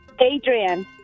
Adrian